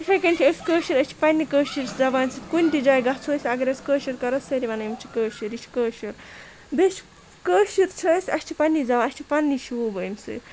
تِتھَے کٔنۍ چھِ أسۍ کٲشِرۍ أسۍ چھِ پنٛنہِ کٲشِر زبانہِ سۭتۍ کُنہِ تہِ جاے گژھو أسۍ اگر أسۍ کٲشِرۍ کرو سٲری وَنان یِم چھِ کٲشِرۍ یہِ چھُ کٲشُر بیٚیہِ چھِ کٲشِرۍ چھِ أسۍ اَسہِ چھِ پنٛنی زبان اَسہِ چھُ پنٛنی شوٗب اَمہِ سۭتۍ